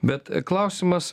bet klausimas